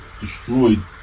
destroyed